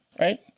right